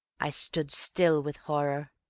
i stood still with horror.